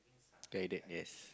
guided yes